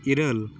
ᱤᱨᱟᱹᱞ